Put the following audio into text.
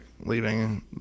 Leaving